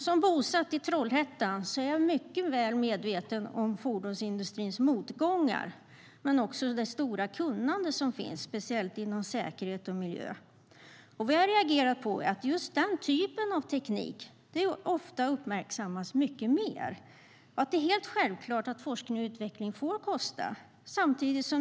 Som bosatt i Trollhättan är jag mycket väl medveten om fordonsindustrins motgångar men också om dess stora kunnande, speciellt inom säkerhet och miljö. Vad jag har reagerat på är att just den typen av teknik ofta uppmärksammas mycket mer och att det är helt självklart att forskning och utveckling får kosta.